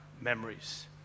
memories